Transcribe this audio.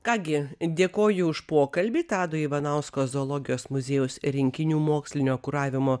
ką gi dėkoju už pokalbį tado ivanausko zoologijos muziejaus rinkinių mokslinio kuravimo